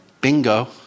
Bingo